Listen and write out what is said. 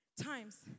times